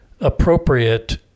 appropriate